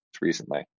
recently